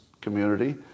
community